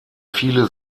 viele